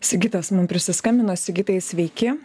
sigitas mum prisiskambino sigitai sveiki